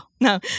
No